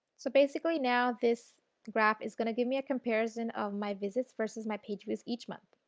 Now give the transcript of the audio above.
so, basically now this graph is going to give me a comparison of my visits versus my page views each month.